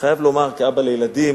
אני חייב לומר, כאבא לילדים,